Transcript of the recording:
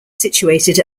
situated